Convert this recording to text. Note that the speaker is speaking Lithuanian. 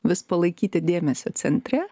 vis palaikyti dėmesio centre